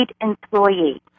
employee